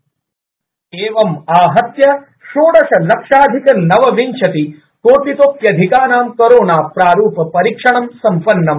प्रशिक्षणं षोडश लक्षाधिक नवविंशति कोटितोप्यधिकानां कोरोना प्रारूप परीक्षणं सम्पन्नम्